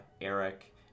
Eric